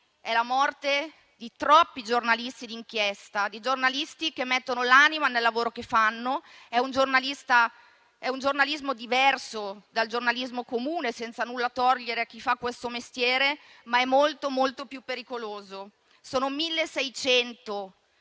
è la morte di troppi giornalisti di inchiesta, che mettono l'anima nel lavoro che fanno. È un giornalismo diverso da quello comune, senza nulla togliere a chi fa questo mestiere, ma è molto, molto più pericoloso. Sono 1.600